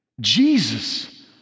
Jesus